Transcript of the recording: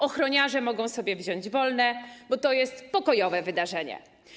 Ochroniarze mogą sobie wziąć wolne, bo to jest pokojowe wydarzenie.